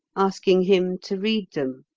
asking him to read them.